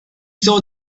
saw